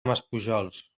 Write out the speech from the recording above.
maspujols